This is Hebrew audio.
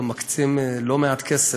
גם מקצים לא מעט כסף,